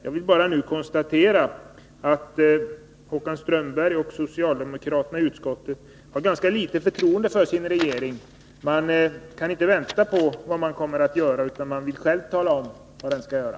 Jag vill nu bara konstatera att Håkan Strömberg och socialdemokraterna i utskottet uppenbarligen har ganska litet förtroende för sin regering. De kan inte vänta på vad regeringen kommer att göra utan vill själva tala om vad den skall göra.